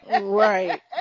Right